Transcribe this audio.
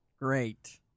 Great